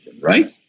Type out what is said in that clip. right